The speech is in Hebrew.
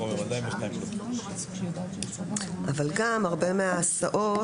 הרבה מההסעות,